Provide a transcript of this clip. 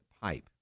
Pipe